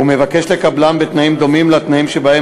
ומבקש לקבלם בתנאים דומים לתנאים שבהם